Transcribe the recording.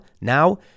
now